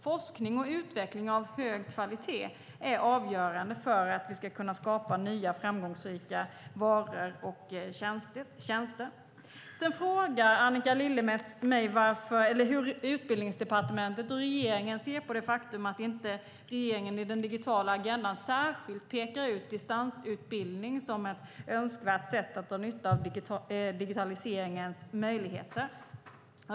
Forskning och utveckling av hög kvalitet är avgörande för att vi ska kunna skapa nya framgångsrika varor och tjänster. Sedan frågar Annika Lillemets mig hur Utbildningsdepartementet och regeringen ser på det faktum att regeringen i den digitala agendan inte särskilt pekar ut distansutbildning som ett önskvärt sätt att dra nytta av digitaliseringens möjligheter.